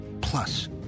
Plus